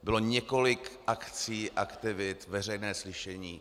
Bylo několik akcí, aktivit, veřejné slyšení.